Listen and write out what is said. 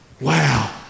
Wow